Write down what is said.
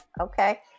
Okay